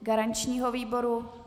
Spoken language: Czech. Garančního výboru?